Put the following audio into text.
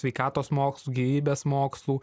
sveikatos mokslų gyvybės mokslų